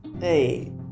Hey